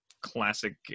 classic